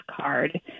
card